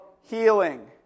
healing